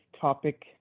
topic